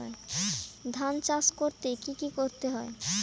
ধান চাষ করতে কি কি করতে হয়?